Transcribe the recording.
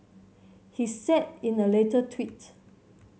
he said in a later tweet